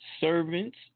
servants